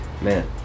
man